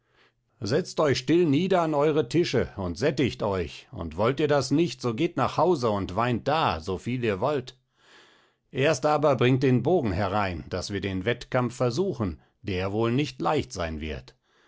setzt euch still nieder an eure tische und sättigt euch und wollt ihr das nicht so geht nach hause und weint da soviel ihr wollt erst aber bringt den bogen herein daß wir den wettkampf versuchen der wohl nicht leicht sein wird